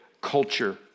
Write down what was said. culture